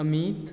Amit